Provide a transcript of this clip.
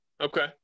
Okay